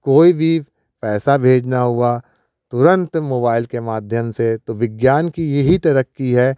कोई भी पैसा भेजना हुआ तुरंत मोबाइल के माध्यम से तो विज्ञान की यही तरक्की है